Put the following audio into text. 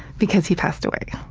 because he passed away.